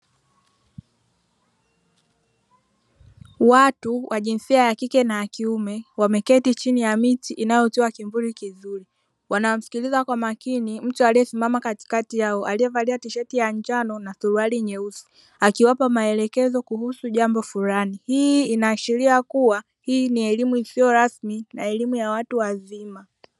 Watu wa jinsia ya kike na kiume wameketi chini ya miti inayotoa kivuli kizuri, wanamsikiliza kwa makini mtu aliyesimama katikati yao aliyevalia tisheti ya njano na suruali nyeusi, akiwapa maelekezo kuhusu jambo fulani . Hii inaashiria kuwa hii ni elimu isiyo rasmi na elimu ya watu wazima.